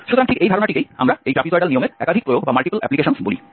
সুতরাং ঠিক এই ধারণাটিকেই আমরা এই ট্র্যাপিজয়েডাল নিয়মের একাধিক প্রয়োগ বলি